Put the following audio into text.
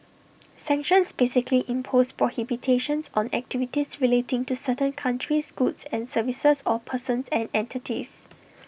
sanctions basically impose prohibitions on activities relating to certain countries goods and services or persons and entities